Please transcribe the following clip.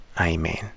Amen